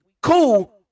cool